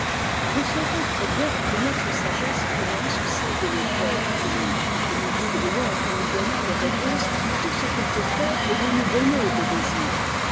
nous sentons très bien que notre sagesse commence où celle de l'auteur finit et nous voudrions qu'il nous donnât des réponses quand tout ce qu'il peut faire est de nous donner des désirs